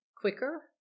quicker